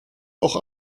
auch